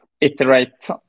iterate